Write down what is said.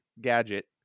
gadget